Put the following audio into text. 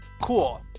cool